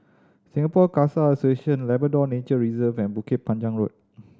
Singapore Khalsa Association Labrador Nature Reserve and Bukit Panjang Road